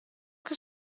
que